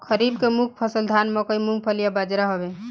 खरीफ के मुख्य फसल धान मकई मूंगफली आ बजरा हवे